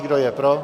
Kdo je pro?